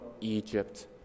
Egypt